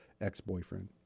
ex-boyfriend